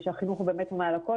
החינוך הוא מעל הכול